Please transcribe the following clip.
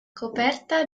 coperta